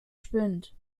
spinnt